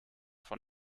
von